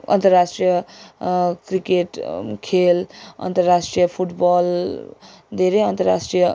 अन्तर्राष्ट्रिय क्रिकेट खेल अन्तर्राष्ट्रिय फुटबल धेरै अन्तर्राष्ट्रिय